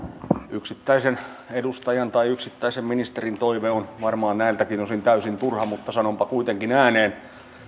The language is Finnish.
yksittäisen edustajan tai yksittäisen ministerin toive on varmaan näiltäkin osin täysin turha mutta sanonpa kuitenkin ääneen